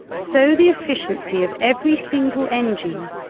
so the efficiency of every single engine,